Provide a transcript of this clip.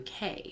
UK